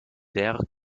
der